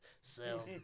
sell